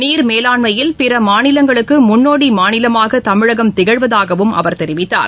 நீர் மேலாண்மையில் பிற மாநிலங்களுக்கு முன்னோடி மாநிலமாக தமிழகம் திகழ்வதாகவும் அவர் தெரிவித்தார்